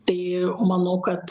tai manau kad